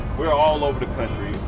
we're all over the country.